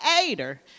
aider